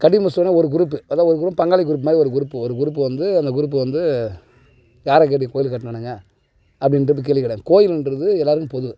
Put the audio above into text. கட்டி முடிச்சோன ஒரு க்ரூப்பு அதான் ஒரு க்ரூப் பங்காளி க்ரூப்மாதிரி ஒரு க்ரூப் ஒரு க்ரூப்பு வந்து அந்த க்ரூப்பு வந்து யாரை கேட்டு கோயில் கட்டினானுங்க அப்படின்ட்டு கேள்வி கேட்டாங்க கோயிலுன்றது எல்லாருக்கும் பொது